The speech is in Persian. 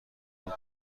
دیگر